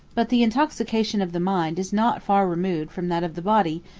but the intoxication of the mind is not far removed from that of the body,